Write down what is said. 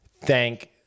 Thank